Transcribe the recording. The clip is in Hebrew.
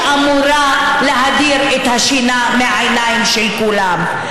שאמורה להדיר את השינה מהעיניים של כולם,